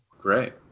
Great